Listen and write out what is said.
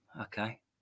okay